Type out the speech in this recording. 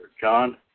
John